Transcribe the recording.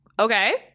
Okay